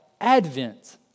Advent